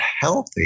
healthy